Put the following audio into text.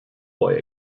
boy